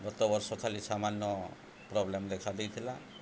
ଗତ ବର୍ଷ ଖାଲି ସାମାନ ପ୍ରୋବ୍ଲେମ୍ ଦେଖା ଦେଇଥିଲା